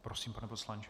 Prosím, pane poslanče.